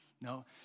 No